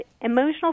emotional